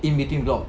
in between blocks